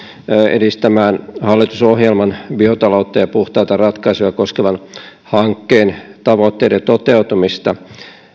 edistämään hallitusohjelman biotaloutta ja puhtaita ratkaisuja koskevan hankkeen tavoitteiden toteutumista